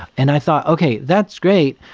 and i thought, okay, that's great,